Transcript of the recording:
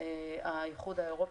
האיחוד האירופי,